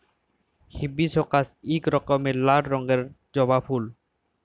hibiscus ইক রকমের লাল রঙের ফুল জবা ফুল